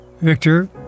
Victor